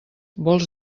vols